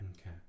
Okay